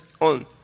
on